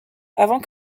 avant